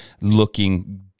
looking